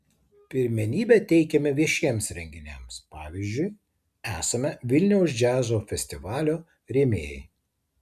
pirmenybę teikiame viešiems renginiams pavyzdžiui esame vilniaus džiazo festivalio rėmėjai